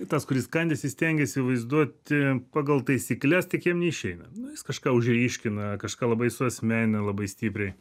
tas kuris kandęs jis stengiasi vaizduoti pagal taisykles tik jam neišeina nu jis kažką užryškina kažką labai suasmenina labai stipriai